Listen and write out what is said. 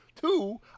Two